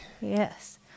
Yes